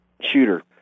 Shooter